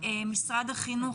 משרד החינוך,